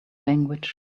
language